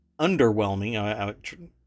underwhelming